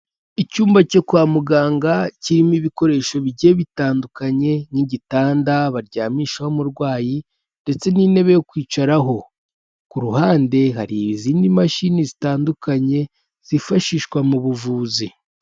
Icyumba cyo kwa muganga kirimo ibikoresho bigiye bitandukanye nk'igitanda baryamishaho umurwayi ndetse n'intebe yo kwicaraho, ku ruhande hari izindi mashini zitandukanye zifashishwa mu buvuzi.